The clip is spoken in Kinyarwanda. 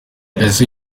ese